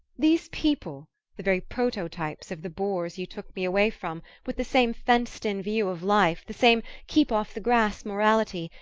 these people the very prototypes of the bores you took me away from, with the same fenced in view of life, the same keep-off-the-grass morality,